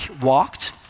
walked